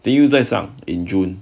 the 又再上 in june